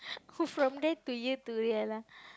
food from there to here to here lah